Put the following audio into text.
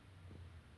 !wah!